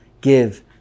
give